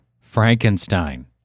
Frankenstein